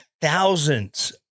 thousands